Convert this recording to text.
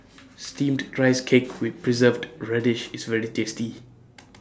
Steamed Rice Cake with Preserved Radish IS very tasty